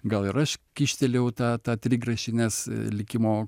gal ir aš kyštelėjau tą tą trigrašį nes likimo